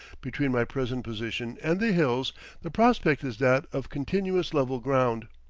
between my present position and the hills the prospect is that of continuous level ground.